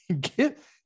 give